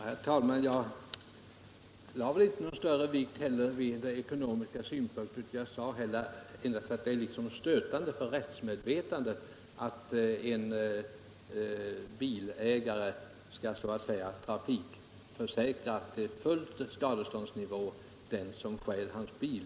Herr talman! Jag lade inte heller någon större vikt vid de ekonomiska synpunkterna, utan jag sade endast att det är stötande för rättsmedvetandet att en bilägare skall, så att säga, trafikförsäkra till full skadeståndsnivå den som stjäl hans bil.